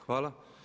Hvala.